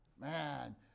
Man